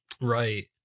Right